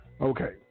Okay